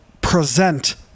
present